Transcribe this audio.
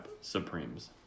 Supremes